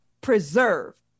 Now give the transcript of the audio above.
preserve